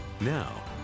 Now